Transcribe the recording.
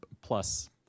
plus